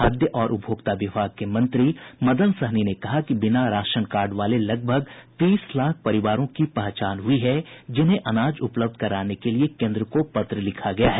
खाद्य और उपभोक्ता विभाग के मंत्री मदन सहनी ने कहा कि बिना राशन कार्ड वाले लगभग तीस लाख परिवारों की पहचान हुई है जिन्हें अनाज उपलब्ध कराने के लिये केन्द्र को पत्र लिखा गया है